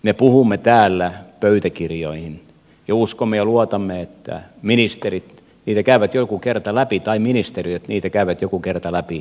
me puhumme täällä pöytäkirjoihin ja uskomme ja luotamme että ministerit niitä käyvät joku kerta läpi tai ministeriöt niitä käyvät joku kerta läpi